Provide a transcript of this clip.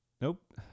Nope